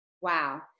Wow